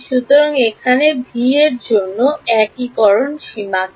সুতরাং এখানে ভি র জন্য একীকরণ সীমা কি